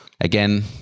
again